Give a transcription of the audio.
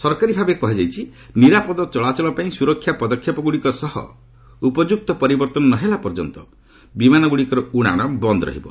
ସରକାରୀ ଭାବେ କୁହାଯାଇଛି ନିରାପଦ ଚଳାଚଳ ପାଇଁ ସୁରକ୍ଷା ପଦକ୍ଷେପଗୁଡ଼ିକ ସହ ଉପଯୁକ୍ତ ପରିବର୍ତ୍ତନ ନହେଲା ପର୍ଯ୍ୟନ୍ତ ବିମାନଗୁଡ଼ିକର ଉଡ଼ାଣ ବନ୍ଦ ରହିବ